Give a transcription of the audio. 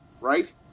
right